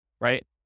right